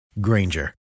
Granger